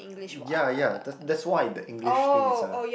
ya ya the that's why the English thing is a